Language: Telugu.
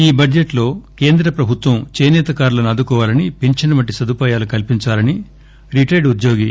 ఈ బడ్లెట్లో కేంద్ర ప్రభుత్వం చేసేత కారులను ఆదుకోవాలని ఫించన్ వంటి సధుపాయాల కల్సించాలని రిటైర్డ్ ఉద్యోగి ఎ